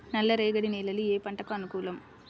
నల్లరేగడి నేలలు ఏ పంటలకు అనుకూలం?